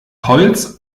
holz